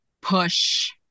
push